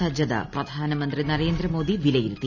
സജ്ജത പ്രധാനമന്ത്രി നരേന്ദ്രമോദി വിലയിരുത്തി